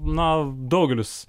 na daugelis